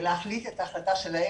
ולהחליט את ההחלטה שלהם,